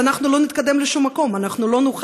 אנחנו לא נתקדם לשום מקום,